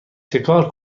چکار